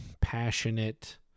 passionate